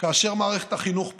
כאשר מערכת החינוך פעלה,